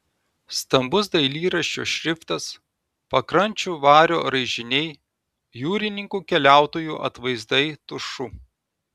stambus dailyraščio šriftas pakrančių vario raižiniai jūrininkų keliautojų atvaizdai tušu